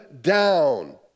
down